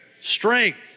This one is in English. Strength